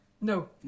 No